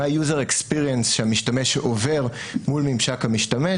מה ה-user experience שהמשתמש עובר מול ממשק המשתמש